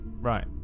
Right